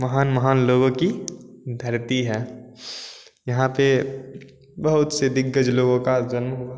महान महान लोगों की धरती है यहाँ पर बहुत से दिग्गज लोगों का जन्म